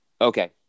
Okay